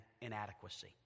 inadequacy